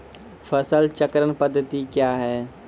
फसल चक्रण पद्धति क्या हैं?